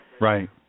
Right